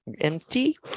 Empty